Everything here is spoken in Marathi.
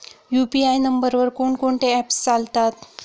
यु.पी.आय नंबरवर कोण कोणते ऍप्स चालतात?